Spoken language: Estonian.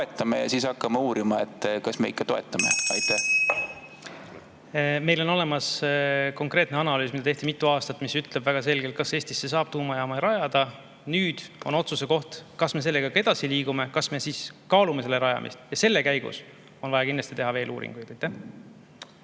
ja siis hakkame uurima, et kas me ikka toetame? (Juhataja helistab kella.) Meil on olemas konkreetne analüüs, mida tehti mitu aastat. See ütleb väga selgelt, kas Eestisse saab tuumajaama rajada. Nüüd on otsuse koht, kas me sellega ka edasi liigume, kas me kaalume selle rajamist. Ja selle käigus on vaja kindlasti teha veel uuringuid.